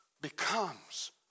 becomes